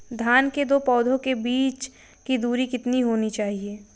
धान के दो पौधों के बीच की दूरी कितनी होनी चाहिए?